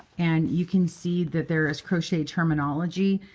and you can see that there is crochet terminology,